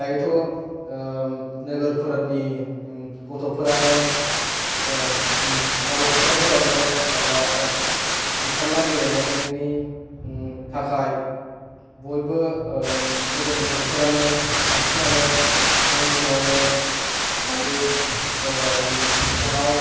दायोथ' नोगोर फोरनि गथ'फोरानो फोथारफोरावनो माबा ओंखारला गेलेनायनि थाखाय बयबो नोगोरनि गथ'फोरानो बांसिनानो न'सिंआवनो थायो फनाव